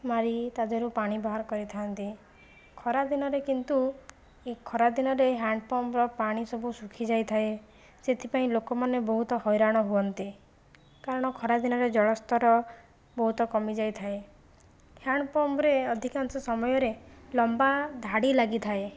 ମାରି ତା ଦେହରୁ ପାଣି ବାହାର କରିଥାନ୍ତି ଖରା ଦିନରେ କିନ୍ତୁ ଏ ଖରା ଦିନରେ ହ୍ୟାଣ୍ଡପମ୍ପର ପାଣି ସବୁ ଶୁଖିଯାଇଥାଏ ସେଥିପାଇଁ ଲୋକମାନେ ବହୁତ ହଇରାଣ ହୁଅନ୍ତି କାରଣ ଖରା ଦିନରେ ଜଳସ୍ତର ବହୁତ କମିଯାଇଥାଏ ହ୍ୟାଣ୍ଡପମ୍ପରେ ଅଧିକାଂଶ ସମୟରେ ଲମ୍ବା ଧାଡ଼ି ଲାଗିଥାଏ